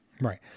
Right